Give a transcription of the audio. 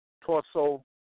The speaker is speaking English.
torso